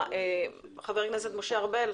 חבר הכנסת משה ארבל,